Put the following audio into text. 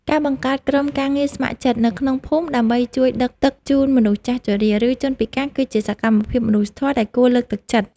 ការបង្កើតក្រុមការងារស្ម័គ្រចិត្តនៅក្នុងភូមិដើម្បីជួយដឹកទឹកជូនមនុស្សចាស់ជរា ឬជនពិការគឺជាសកម្មភាពមនុស្សធម៌ដែលគួរលើកទឹកចិត្ត។